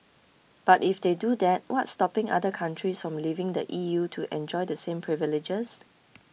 but if they do that what's stopping other countries from leaving the E U to enjoy the same privileges